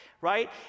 right